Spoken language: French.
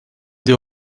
des